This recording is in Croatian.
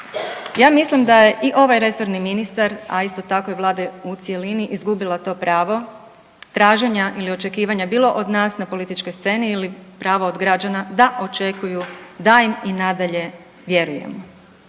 Ja mislim da je i ovaj resorni ministar, a isto tako i vlada u cjelini izgubila to pravo traženja ili očekivanja bilo od nas na političkoj sceni ili pravo od građana da očekuju da im i nadalje vjerujemo.